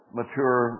mature